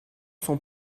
son